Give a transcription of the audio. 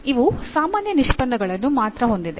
ಇವು ಸಾಮಾನ್ಯ ನಿಷ್ಪನ್ನಗಳನ್ನು ಮಾತ್ರ ಹೊಂದಿದೆ